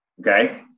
okay